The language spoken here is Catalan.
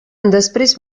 després